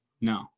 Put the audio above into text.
no